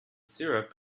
syrup